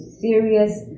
serious